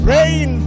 Rain